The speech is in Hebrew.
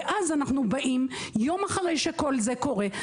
אנחנו באים יום אחרי שכל זה קורה,